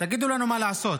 תגידו לנו מה לעשות.